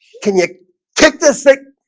can you kick this thing?